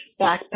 backpack